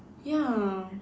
ya